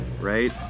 right